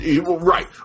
Right